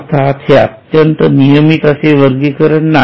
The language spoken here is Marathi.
अर्थात हे अत्यंत नियमित असे वर्गीकरण नाही